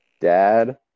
dad